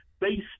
based